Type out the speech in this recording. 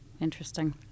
Interesting